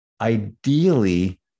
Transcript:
ideally